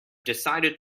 decided